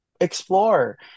explore